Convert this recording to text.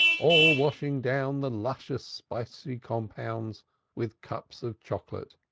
all washing down the luscious spicy compounds with cups of chocolate